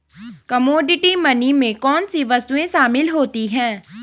Commodity money में कौन सी वस्तुएं शामिल होती हैं?